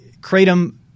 kratom